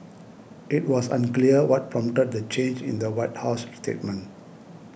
it was unclear what prompted the change in the White House statement